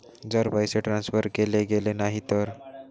जर पैसे ट्रान्सफर केले गेले नाही तर?